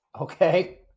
Okay